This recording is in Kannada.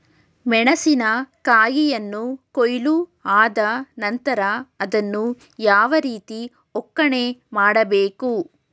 ಮೆಣಸಿನ ಕಾಯಿಯನ್ನು ಕೊಯ್ಲು ಆದ ನಂತರ ಅದನ್ನು ಯಾವ ರೀತಿ ಒಕ್ಕಣೆ ಮಾಡಬೇಕು?